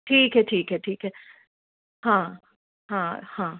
ठीक है ठीक है ठीक है हाँ हाँ हाँ